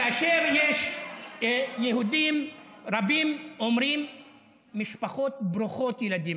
כאשר יהודים רבים אומרים "משפחות ברוכות ילדים"